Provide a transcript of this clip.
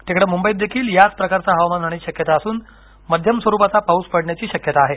तिकडे मुंबईत देखील याच प्रकारचे हवामान राहण्याची शक्यता असून मध्यम स्वरूपाचा पाऊस पडण्याची शक्यता आहे